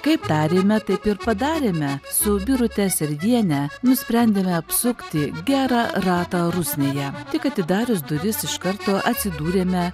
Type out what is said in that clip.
kaip tarėme taip ir padarėme su birute serviene nusprendėme apsukti gerą ratą rusnėje tik atidarius duris iš karto atsidūrėme